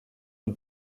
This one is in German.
und